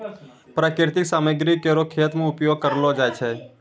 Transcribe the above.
प्राकृतिक सामग्री केरो खेत मे उपयोग करलो जाय छै